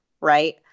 right